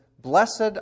Blessed